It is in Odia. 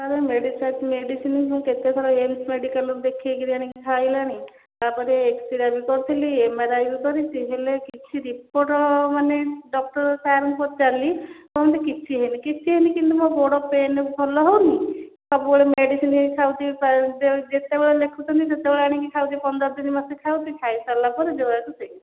ସାର୍ ମେଡ଼ିକାଲ ମେଡ଼ିସିନ୍ ମୁଁ କେତେ ଥର ଏମ୍ସ ମେଡ଼ିକାଲରୁ ଦେଖେଇକରି ଆଣିକି ଖାଇଲେଣି ତାପରେ ଏକ୍ସରେ ବି କରିଥିଲି ଏମ୍ ଆର ଆଇ ବି କରିଛି ହେଲେ କିଛି ରିପୋର୍ଟ ମାନେ ଡ଼କ୍ଟର ସାର୍ ଙ୍କୁ ପଚାରିଲି କହିଲେ ମୋତେ କିଛି ହେଇନି କିଛି ହେଇନି କିନ୍ତୁ ମୋ ଗୋଡ଼ ପେନ୍ ଭଲ ହେଉନି ସବୁବେଳେ ମେଡ଼ିସିନ୍ ଖାଉଛି ପ୍ରାୟ ଯେତେବେଳେ ଦେଖୁଛନ୍ତି ସେତେବେଳେ ଆଣିକି ଖାଉଛି ପନ୍ଦର ଦିନ ମାସେ ଖାଉଛି ଖାଇସାରିଲା ପରେ ଯେୟାକୁ ସେୟା